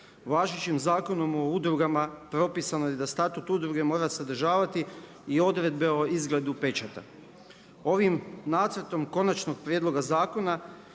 Važećim Zakonom o udrugama, propisano je da statut udruge mora sadržavati i odredbe o izgledu pečata. Ovim nacrtom konačnog prijedloga zakona,